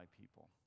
people